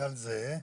הסעד זהה?